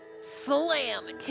slam